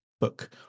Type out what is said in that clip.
book